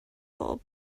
bulb